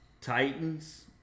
Titans